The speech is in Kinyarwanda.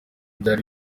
byari